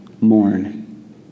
mourn